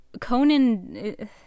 Conan